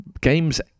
games